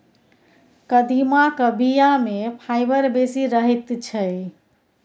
कदीमाक बीया मे फाइबर बेसी रहैत छै